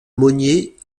monnier